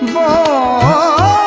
oh